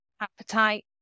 appetite